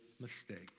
mistakes